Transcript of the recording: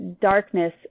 darkness